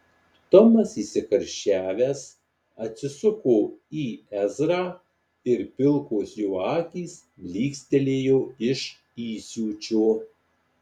tomas įsikarščiavęs atsisuko į ezrą ir pilkos jo akys blykstelėjo iš įsiūčio